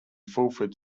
fulford